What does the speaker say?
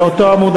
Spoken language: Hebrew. באותו עמוד,